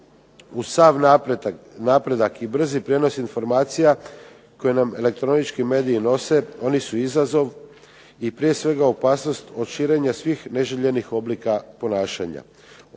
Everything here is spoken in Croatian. Uz sav napredak i brzi prijenos informacija koje nam elektronički mediji nose oni su izazov i prije svega opasnost od širenja svih neželjenih oblika ponašanja.